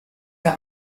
der